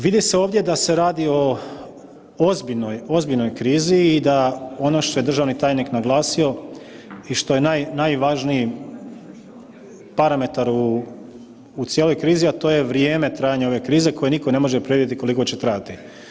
Vidi se ovdje da se radi o ozbiljnoj, ozbiljnoj krizi i da ono što je državni tajnik naglasio, i što je najvažniji parametar u cijeloj krizi, a to je vrijeme trajanja ove krize, koje nitko ne može predvidjeti koliko će trajati.